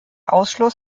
ausschluss